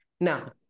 Now